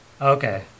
Okay